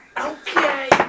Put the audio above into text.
Okay